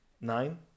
nine